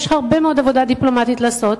יש הרבה מאוד עבודה דיפלומטית לעשות.